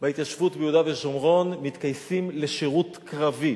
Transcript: בהתיישבות ביהודה ושומרון מתגייסים לשירות קרבי,